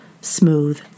smooth